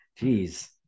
Jeez